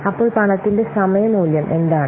അപ്പോൾ പണത്തിന്റെ സമയ മൂല്യം എന്താണ്